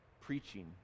preaching